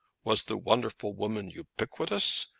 was the wonderful woman ubiquitous,